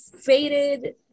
faded